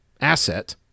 asset